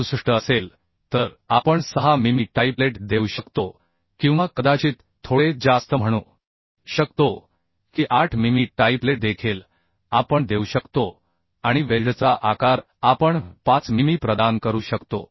68 असेल तर आपण 6 मिमी टाइपलेट देऊ शकतो किंवा कदाचित थोडे जास्त म्हणू शकतो की 8 मिमी टाइपलेट देखील आपण देऊ शकतो आणि वेल्डचा आकार आपण 5 मिमी प्रदान करू शकतो